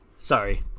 Sorry